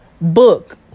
book